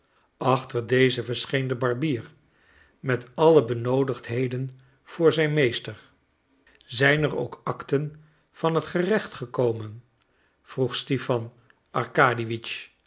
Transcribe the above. achter dezen verscheen de barbier met alle benoodigdheden voor zijn meester zijn er ook acten van het gerecht gekomen vroeg stipan